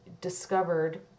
discovered